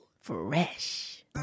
Fresh